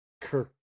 Kirk